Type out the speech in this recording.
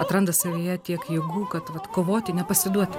atranda savyje tiek jėgų kad vat kovoti nepasiduoti